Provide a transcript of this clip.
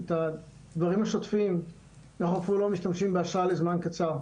לצורך הדברים השוטפים אנחנו אפילו לא משתמשים באשראי לזמן קצר,